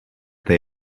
they